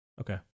Okay